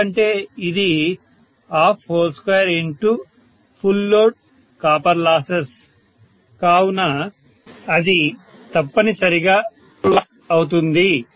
ఎందుకంటే ఇది 122ఫుల్ లోడ్ కాపర్ లాస్ కావున అది తప్పనిసరిగా 12W అవుతుంది